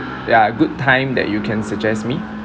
ya good time that you can suggest me